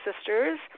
sisters